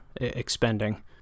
expending